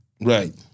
Right